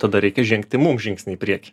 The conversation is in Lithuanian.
tada reikia žengti mum žingsnį į priekį